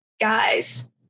guys